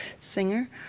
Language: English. singer